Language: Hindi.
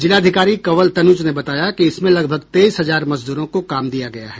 जिलाधिकारी कंवल तनुज ने बताया कि इसमें लगभग तेईस हजार मजदूरों को काम दिया गया है